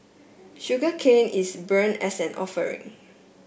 sugarcane is burnt as an offering